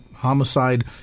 homicide